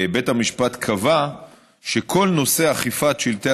בית המשפט גם קבע שכל נושא אכיפת "שלטי